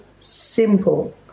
simple